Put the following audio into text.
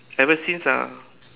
eversince uh